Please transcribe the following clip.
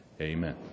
Amen